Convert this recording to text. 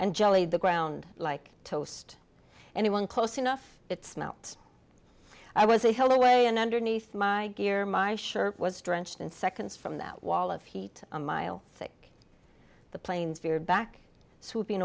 and jelly the ground like toast anyone close enough it smelt i was a hell away and underneath my gear my shirt was drenched in seconds from that wall of heat a mile thick the planes veered back sweeping